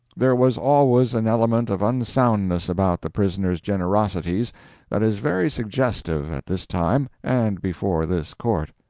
there was always an element of unsoundness about the prisoner's generosities that is very suggestive at this time and before this court.